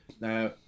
Now